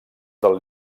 del